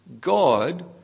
God